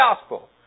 gospel